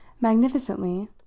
magnificently